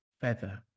feather